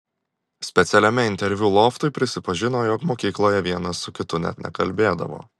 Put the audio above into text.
specialiame interviu loftui prisipažino jog mokykloje vienas su kitu net nekalbėdavo